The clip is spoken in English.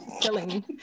killing